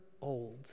old